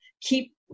keep